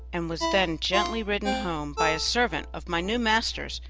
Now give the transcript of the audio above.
and was then gently ridden home by a servant of my new master's,